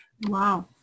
Wow